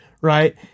right